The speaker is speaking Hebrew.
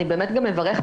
אני באמת גם מברכת,